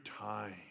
time